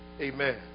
amen